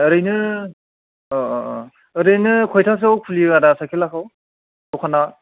ओरैनो ओरैनो खयथासोआव खुलियो आदा सायखेलाखौ दखाना